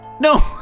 No